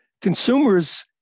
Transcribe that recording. Consumers